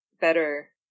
better